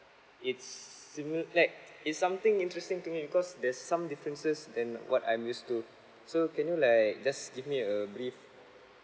it's seeming like it's something interesting to me because there's some differences than what I'm used to so can you like just give me a brief